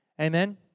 Amen